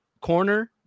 corner